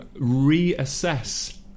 reassess